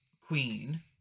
queen